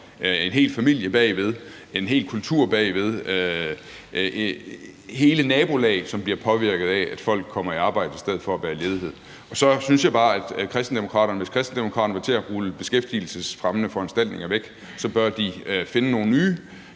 en hel familie bagved, en hel kultur bagved, et helt nabolag, som bliver påvirket af, at folk kommer i arbejde i stedet for at være i ledighed. Så synes jeg bare, at hvis Kristendemokraterne vil til at rulle beskæftigelsesfremmende foranstaltninger væk, så bør Kristendemokraterne